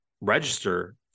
register